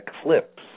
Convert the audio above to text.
eclipse